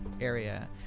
area